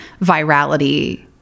virality